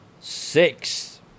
six